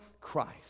Christ